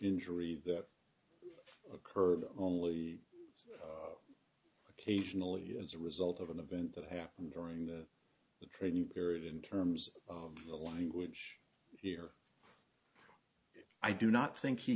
injury that occurred only occasionally as a result of an event that happened during the training period in terms of the language here i do not think he